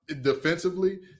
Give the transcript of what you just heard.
defensively